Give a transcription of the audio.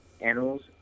animals